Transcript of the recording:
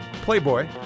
Playboy